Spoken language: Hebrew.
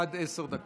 אשר על כן